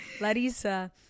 Larissa